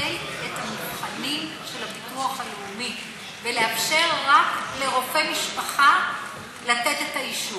לבטל את המבחנים של הביטוח הלאומי ולאפשר רק לרופא משפחה לתת את האישור?